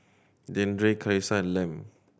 Deandre Karissa and Lem